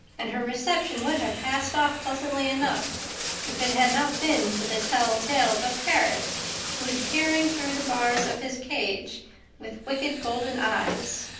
and her reception would have passed off pleasantly enough if it had not been for the telltale of a parrot who was peering through the bars of his cage with wicked golden eyes.